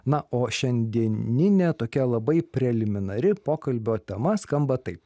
na o šiandieninė tokia labai preliminari pokalbio tema skamba taip